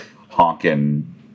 honking